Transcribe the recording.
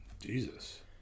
Jesus